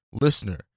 listener